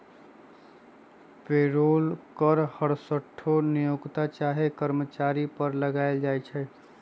payroll कर हरसठ्ठो नियोक्ता चाहे कर्मचारी पर लगायल जाइ छइ